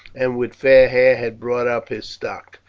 and with fair hair, had bought up his stock,